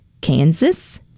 Kansas